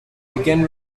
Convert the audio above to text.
began